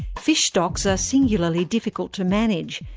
fish stocks are singularly difficult to manage.